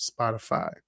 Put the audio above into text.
Spotify